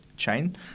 Chain